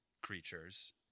creatures